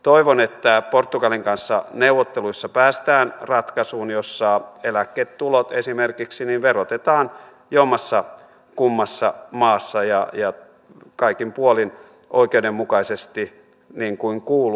toivon että portugalin kanssa neuvotteluissa päästään ratkaisuun jossa esimerkiksi eläketulot verotetaan jommassakummassa maassa ja kaikin puolin oikeudenmukaisesti niin kuin kuuluu